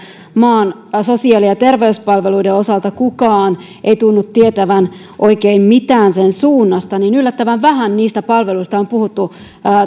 maan sosiaali ja terveyspalveluiden osalta kukaan ei tunnu tietävän oikein mitään sen suunnasta yllättävän vähän niistä palveluista on puhuttu